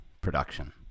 production